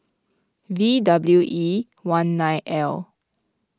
V W E one nine L